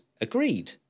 agreed